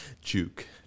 Juke